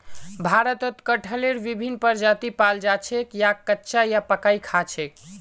भारतत कटहलेर विभिन्न प्रजाति पाल जा छेक याक कच्चा या पकइ खा छेक